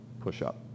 push-up